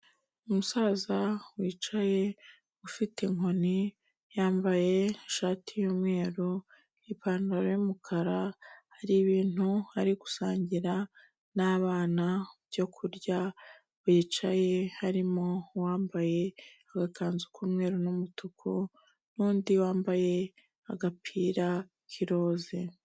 Umusaza wicaye ufite inkoni, yambaye ishati y'umweru, ipantaro y'umukara, hari ibintu ari gusangira n'abana byo kurya bicaye, harimo uwambaye agakanzu k'umweru n'umutuku n'undi wambaye agapira k'iroza.